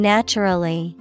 Naturally